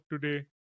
today